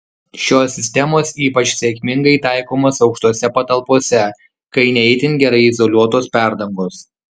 šios sistemos ypač sėkmingai taikomos aukštose patalpose kai ne itin gerai izoliuotos perdangos